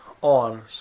on